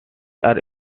are